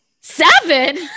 Seven